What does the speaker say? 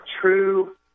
true